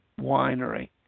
Winery